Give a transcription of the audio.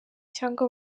cyangwa